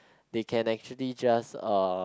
they can actually just uh